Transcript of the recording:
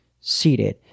seated